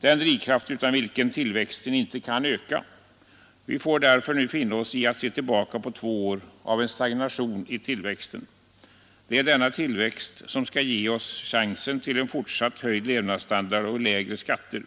den drivkraft utan vilken tillväxten icke kan öka. Vi får därför nu finna oss i att se tillbaka på två år av stagnation i tillväxten. Det är denna tillväxt som skall ge oss chansen till fortsatt höjd levnadsstandard och lägre skatter.